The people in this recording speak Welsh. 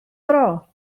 dro